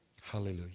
Hallelujah